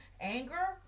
anger